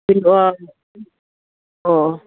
ꯑꯣ